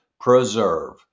preserve